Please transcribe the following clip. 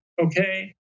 okay